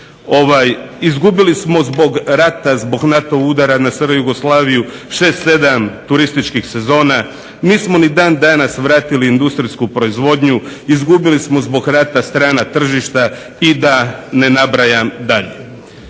izgubili smo zbog rata, zbog NATO udara na SR Jugoslaviju 6, 7 turističkih sezona, nismo ni dan danas vratili industrijsku proizvodnju izgubili smo zbog rata strana tržišta i da ne nabrajam dalje.